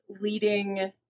leading